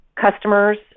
customers